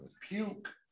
Puke